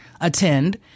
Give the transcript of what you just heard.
attend